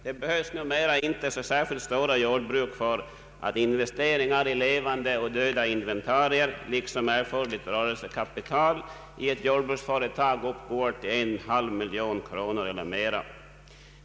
Det behövs numera inte särskilt stora jordbruk för att investeringar i levande och döda inventarier liksom erforderligt rörelsekapital uppgår till en halv miljon kronor eller mera.